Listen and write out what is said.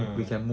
mm